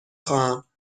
خواهم